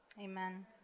Amen